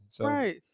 Right